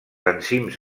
enzims